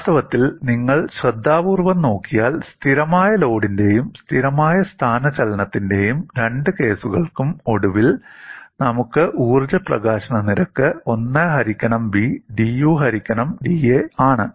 വാസ്തവത്തിൽ നിങ്ങൾ ശ്രദ്ധാപൂർവ്വം നോക്കിയാൽ സ്ഥിരമായ ലോഡിന്റെയും സ്ഥിരമായ സ്ഥാനചലനത്തിന്റെയും രണ്ട് കേസുകൾക്കും ഒടുവിൽ നമുക്ക് ഊർജ്ജ പ്രകാശന നിരക്ക് '1 ഹരിക്കണം B' 'dU ഹരിക്കണം da' ആണ്